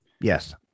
Yes